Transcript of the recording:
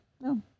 No